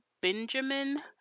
Benjamin